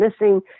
missing